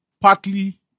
partly